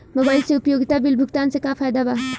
Mobile से उपयोगिता bill भुगतान से का फायदा बा?